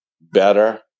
better